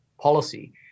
policy